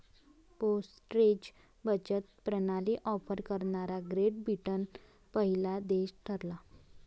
postage बचत प्रणाली offer करणारा ग्रेट ब्रिटन पहिला देश ठरला